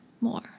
more